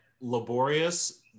Laborious